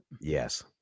yes